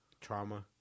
Trauma